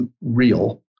real